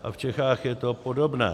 A v Čechách je to podobné.